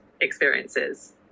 experiences